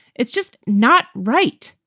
it's just not right.